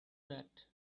that